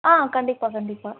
ஆ கண்டிப்பாக கண்டிப்பாக